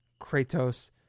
Kratos